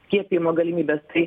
skiepijimo galimybes tai